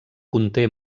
conté